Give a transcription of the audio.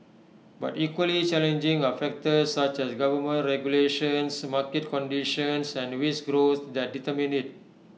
but equally challenging are factors such as government regulations market conditions and wage growth that determine IT